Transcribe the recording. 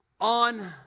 on